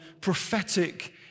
prophetic